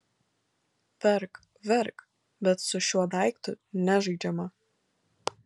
verk verk bet su šiuo daiktu nežaidžiama